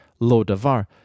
Lodavar